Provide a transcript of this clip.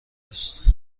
است